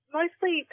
mostly